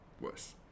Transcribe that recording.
worse